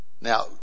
Now